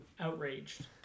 outraged